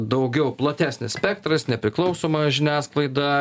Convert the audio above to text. daugiau platesnis spektras nepriklausoma žiniasklaida